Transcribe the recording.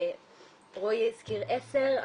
רועי הזכיר עשר,